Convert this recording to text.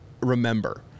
remember